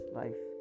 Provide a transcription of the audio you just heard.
life